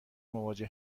مواجه